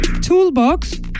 Toolbox